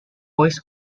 boys